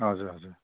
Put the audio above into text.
हजुर हजुर